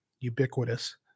Ubiquitous